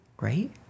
Right